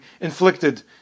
inflicted